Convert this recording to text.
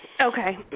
Okay